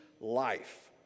life